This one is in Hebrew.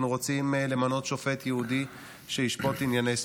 אנחנו רוצים למנות שופט ייעודי שישפוט בענייני ספורט,